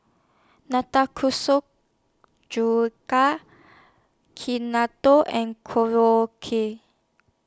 Nanakusa Tekkadon and Korokke